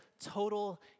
total